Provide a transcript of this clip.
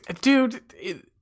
dude